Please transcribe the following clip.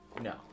No